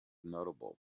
notable